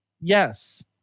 Yes